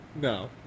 No